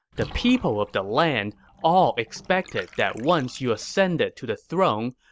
the people of the land all expected that once you ascended to the throne,